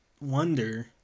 wonder